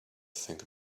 think